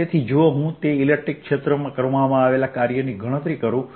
તેથી જો હું તે ઇલેક્ટ્રિક ક્ષેત્રમાં કરવામાં આવેલા કાર્યની ગણતરી કરું